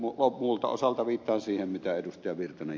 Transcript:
elikkä muulta osalta viittaan siihen mitä edustaja virtanen